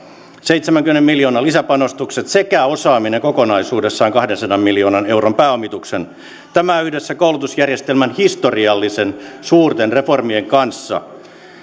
seitsemänkymmenen miljoonan lisäpanostukset vuodelle kahdeksantoista sekä osaaminen kokonaisuudessaan kahdensadan miljoonan euron pääomituksen tämä yhdessä koulutusjärjestelmän historiallisen suurten reformien kanssa